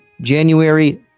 January